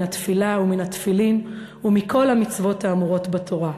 התפילה ומן התפילין ומכל המצוות האמורות בתורה".